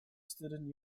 student